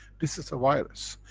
this is a virus.